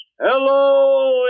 Hello